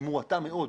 היא מועטה מאוד,